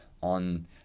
on